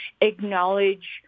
acknowledge